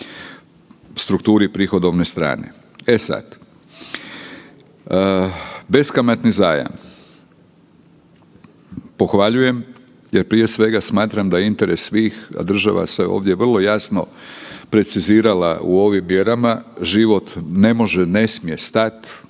strukturi prihodovne strane. E sad, beskamatni zajam, pohvaljujem jer prije svega smatram da je interes svih država se ovdje vrlo jasno precizirala u ovim mjerama, život ne može, ne smije stat,